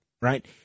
right